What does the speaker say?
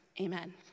Amen